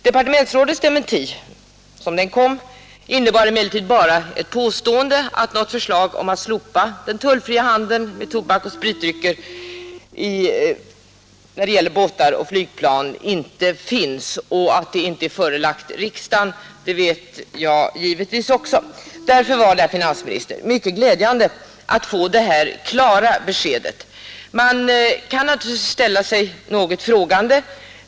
Departementsrådets dementi innebar emellertid bara ett påstående att något förslag om att slopa den tullfria handeln med tobak och spritdrycker när det gäller båtar och flygplan inte finns, och att sådant förslag inte är förelagt riksdagen vet jag givetvis också. Därför var det, herr finansminister, mycket glädjande att få det klara besked som svaret ger. Man kan naturligtvis ändå ställa sig något frågande.